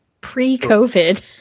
Pre-COVID